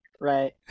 Right